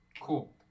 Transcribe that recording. Cool